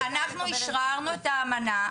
אבל אנחנו אשררנו את האמנה,